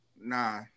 Nah